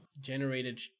generated